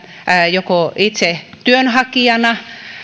joko itse työnhakijana